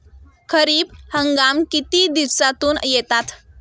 खरीप हंगाम किती दिवसातून येतात?